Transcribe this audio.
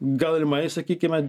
galimai sakykime